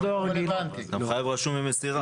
אתה חייב רשום עם מסירה.